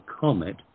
comet